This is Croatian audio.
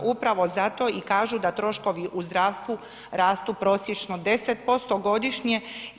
Upravo zato i kažu da troškovi u zdravstvu rastu prosječno 10% godišnje.